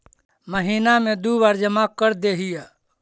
महिना मे दु बार जमा करदेहिय?